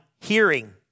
hearing